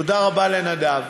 תודה רבה לנדב,